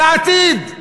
לעתיד.